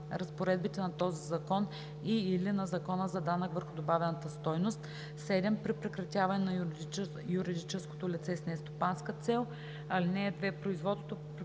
разпоредбите на този закон и/или на Закона за данък върху добавената стойност; 7. при прекратяване на юридическото лице с нестопанска цел. (2) Производството